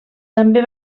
també